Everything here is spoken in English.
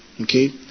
Okay